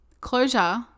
closure